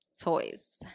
toys